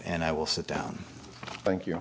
and i will sit down thank you